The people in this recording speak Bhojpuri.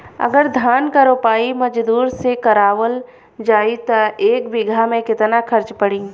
अगर धान क रोपाई मजदूर से करावल जाई त एक बिघा में कितना खर्च पड़ी?